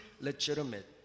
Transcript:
legitimate